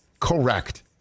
Correct